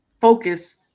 focus